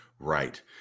Right